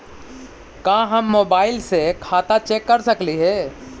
का हम मोबाईल से खाता चेक कर सकली हे?